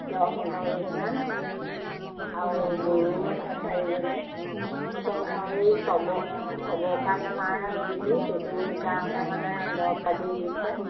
দহ পোন্ধৰজনীমান আৰু গৰু আছে চাৰিজনী তাৰপাছত আৰু এই চব চবকা বেমাৰ যিটো সেইটো কাৰণে মানে দৰৱ পাতি দিছে